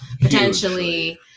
potentially